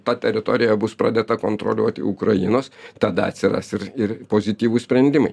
ta teritorija bus pradėta kontroliuoti ukrainos tada atsiras ir ir pozityvūs sprendimai